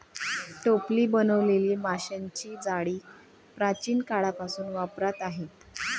टोपली बनवलेली माशांची जाळी प्राचीन काळापासून वापरात आहे